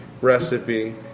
recipe